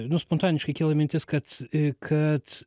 nu spontaniškai kyla mintis kad kad